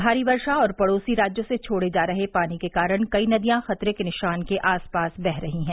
भारी वर्षा और पड़ोसी राज्यों से छोड़े जा रहे पानी के कारण कई नदियां खतरे के निशान के आस पास बह रही हैं